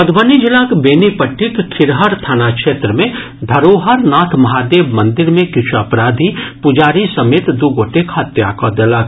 मधुबनी जिलाक बेनीपट्टीक खिरहर थाना क्षेत्र मे धरोहरनाथ महादेव मंदिर मे किछु अपराधी पुजारी समेत दू गोटेक हत्या कऽ देलक